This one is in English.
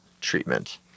treatment